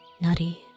Nutty